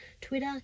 Twitter